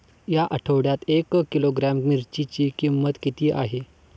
या आठवड्यात एक किलोग्रॅम मिरचीची किंमत किती आहे?